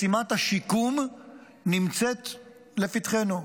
משימת השיקום נמצאת לפתחנו.